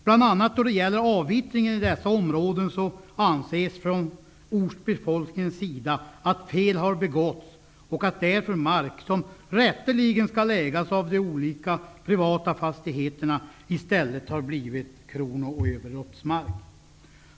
Bl.a. när det gäller avvittringen i dessa områden anses från ortsbefolkningens sida att fel har begåtts och att därför mark, som rätteligen skall ägas av de olika privata fastigheterna, i stället har blivit kronoöverloppsmark.